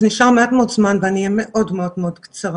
אז נשאר מעט מאוד זמן ואני אהיה מאוד מאוד קצרה.